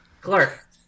Clark